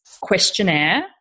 questionnaire